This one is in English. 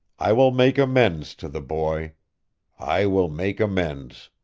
i will make amends to the boy i will make amends.